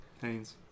Haynes